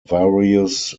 various